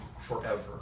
forever